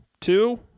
two